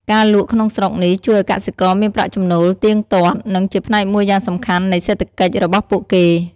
ការលក់ក្នុងស្រុកនេះជួយឱ្យកសិករមានប្រាក់ចំណូលទៀងទាត់ និងជាផ្នែកមួយយ៉ាងសំខាន់នៃសេដ្ឋកិច្ចរបស់ពួកគេ។